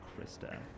Krista